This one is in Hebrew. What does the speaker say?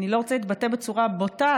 אני לא רוצה להתבטא בצורה בוטה,